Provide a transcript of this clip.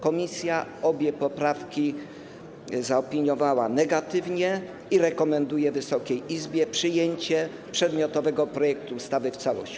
Komisja obie poprawki zaopiniowała negatywnie i rekomenduje Wysokiej Izbie przyjęcie przedmiotowego projektu ustawy w całości.